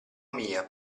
mia